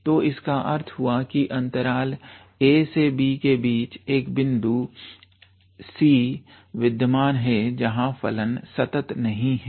तो इसका अर्थ हुआ कि अंतराल a से b के बीच एक ऐसा बिंदु c विद्यमान है जहां फलन संतत नहीं है